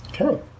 Okay